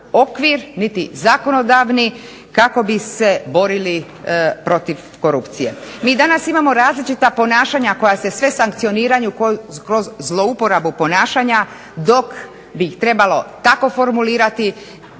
niti zakonodavni kako bi se borili protiv korupcije. Mi sada imamo različita ponašanja koja se sve sankcioniraju kroz zlouporabu ponašanja, dok bi ih trebalo tako formulirati